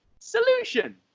solution